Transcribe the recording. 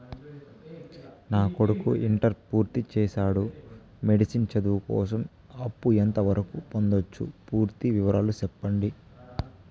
నా కొడుకు ఇంటర్ పూర్తి చేసాడు, మెడిసిన్ చదువు కోసం అప్పు ఎంత వరకు పొందొచ్చు? పూర్తి వివరాలు సెప్పండీ?